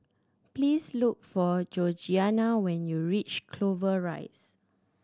please look for Georgeanna when you reach Clover Rise